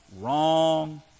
wrong